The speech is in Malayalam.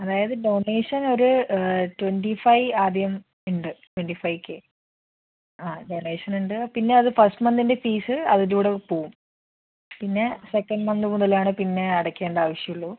അതായത് ഡോണേഷനൊര് റ്റൊൻ്റി ഫൈവ് ആദ്യം ഉണ്ട് റ്റൊൻ്റി ഫൈവ് കെ ആ ഡോണേഷനുണ്ട് പിന്നെ അത് ഫസ്റ്റ് മന്തിൻ്റെ ഫീസ് അതിൻ്റെ കൂടെ പോവും പിന്നെ സെക്കൻ്റ് മന്തും കൂടി എല്ലാം കൂടി പിന്നേ അടയ്ക്കേണ്ട ആവശ്യമുള്ളൂ